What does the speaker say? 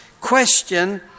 question